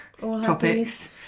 topics